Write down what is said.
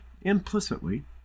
implicitly